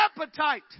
appetite